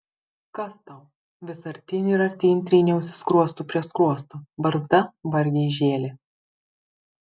kas tau vis artyn ir artyn tryniausi skruostu prie skruosto barzda vargiai žėlė